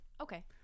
Okay